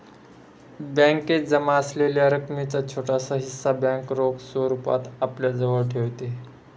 बॅकेत जमा असलेल्या रकमेचा छोटासा हिस्सा बँक रोख स्वरूपात आपल्याजवळ ठेवते